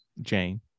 Jane